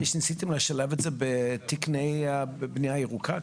ניסיתם לשלב את זה בתקני בנייה ירוקה?